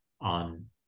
on